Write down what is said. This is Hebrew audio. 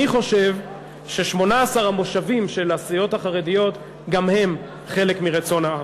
אני חושב ש-18 המושבים של הסיעות החרדיות גם הם חלק מרצון העם.